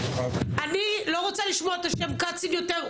אני לא רוצה לשמוע את השם קצין יותר,